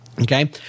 Okay